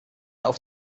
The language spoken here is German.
auf